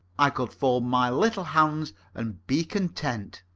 i could fold my little hands and be content.